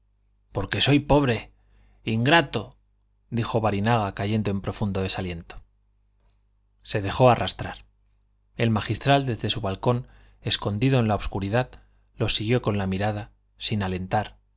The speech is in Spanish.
porque soy pobre ingrato dijo barinaga cayendo en profundo desaliento se dejó arrastrar el magistral desde su balcón escondido en la obscuridad los siguió con la mirada sin alentar